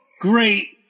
Great